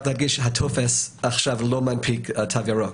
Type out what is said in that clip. רק להגיד שהטופס עכשיו לא מנפיק תו ירוק,